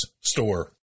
Store